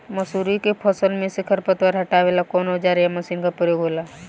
मसुरी के फसल मे से खरपतवार हटावेला कवन औजार या मशीन का प्रयोंग होला?